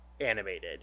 animated